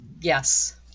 Yes